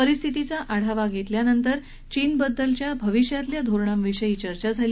परिस्थितीचा आढावा घेतल्यानंतर चीनबद्दलच्या भविष्यातल्या धोरणांविषयी बक्कीत चर्चा झाली